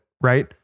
Right